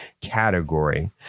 category